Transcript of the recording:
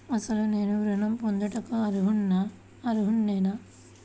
అసలు నేను ఋణం పొందుటకు అర్హుడనేన?